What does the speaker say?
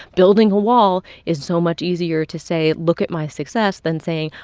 building a wall is so much easier to say, look at my success, than saying,